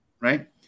Right